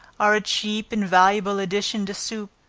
are a cheap and valuable addition to soup